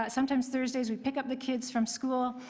ah sometimes thursdays we pick up the kids from school,